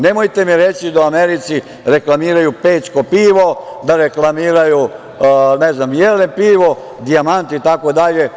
Nemojte mi reći da u Americi reklamiraju „Pećko pivo“, da reklamiraju, ne znam, „Jelen pivo“, „Dijamant“, itd.